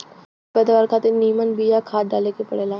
ढेर पैदावार खातिर निमन बिया खाद डाले के पड़ेला